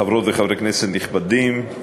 חברות וחברי כנסת נכבדים,